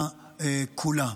כולה.